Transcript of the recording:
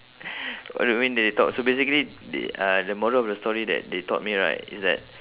what do you mean that they taught so basically they uh the moral of the story that they taught me right is that